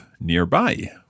nearby